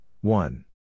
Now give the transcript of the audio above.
one